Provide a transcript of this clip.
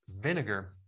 vinegar